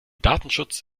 datenschutz